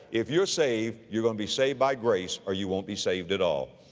if you're saved, you're gonna be saved by grace or you won't be saved at all.